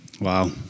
Wow